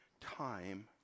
time